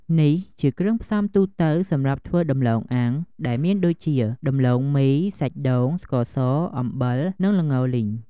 នេះជាគ្រឿងផ្សំទូទៅសម្រាប់ធ្វើដំឡូងអាំងដែលមានដូចជា ដំឡូងមី សាច់ដូង ស្ករស អំបិល និងល្ងលីង។